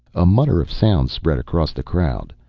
a mutter of sound spread across the crowd.